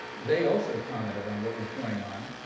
they also commented on what was going on.